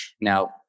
now